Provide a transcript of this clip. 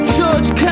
George